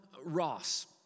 Ross